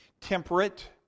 temperate